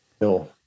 No